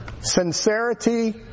Sincerity